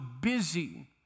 busy